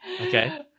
Okay